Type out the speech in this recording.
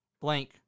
blank